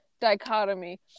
dichotomy